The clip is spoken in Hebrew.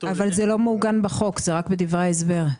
אבל זה לא מעוגן בחוק, זה רק בדברי ההסבר.